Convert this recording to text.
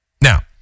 Now